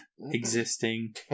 Existing